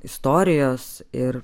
istorijos ir